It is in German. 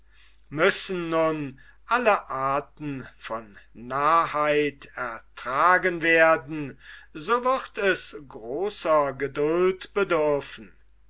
müssen nun alle arten von narrheit ertragen werden so wird es großer geduld bedürfen